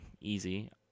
easy